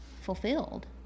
fulfilled